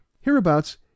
Hereabouts